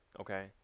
okay